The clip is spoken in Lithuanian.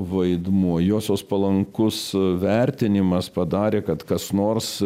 vaidmuo josios palankus vertinimas padarė kad kas nors